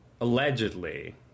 Allegedly